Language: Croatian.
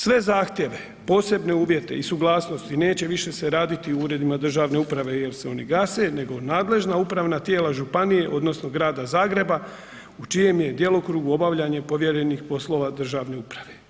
Sve zahtjeve, posebne uvjete i suglasnosti neće se više raditi u uredima državne uprave jel se oni gase nego nadležna upravna tijela županije odnosno Grada Zagreba u čijem je djelokrugu obavljanje povjerenih poslova državne uprave.